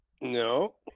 No